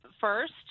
first